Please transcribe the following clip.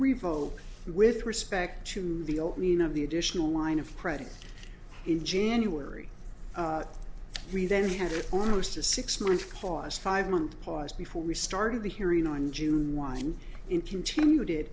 revoke with respect to the old meaning of the additional line of credit in january we then had it almost a six month cost five month pause before we started the hearing on june wind in continued it